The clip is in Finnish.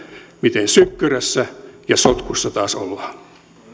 miten sykkyrässä ja sotkussa taas ollaan